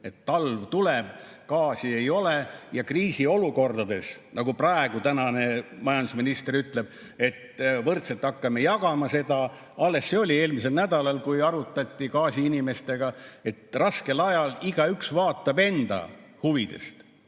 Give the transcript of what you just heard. talv tuleb, gaasi ei ole ja kriisiolukordades, nagu praegu tänane majandusminister ütleb, võrdselt hakkame jagama seda. Alles see oli, eelmisel nädalal, kui arutati gaasiinimestega, et raskel ajal igaüks [lähtub] enda huvidest,